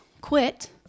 quit